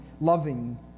loving